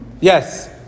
Yes